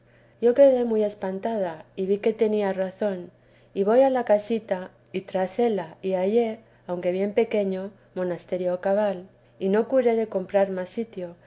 yo quedé muy espantada y vi que tenía razón y voy a la casita y trácela y hallé aunque bien pequeño monasterio cabal y no curé cíe comprar más sitio